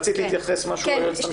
רצית להתייחס, היועצת המשפטית.